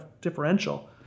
differential